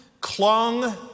clung